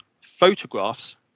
photographs